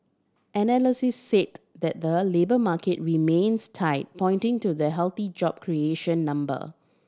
analysts said that the labour market remains tight pointing to the healthy job creation number